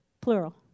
plural